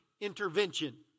intervention